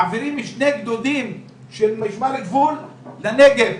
מעבירים שני גדודים של משמר הגבול לנגב.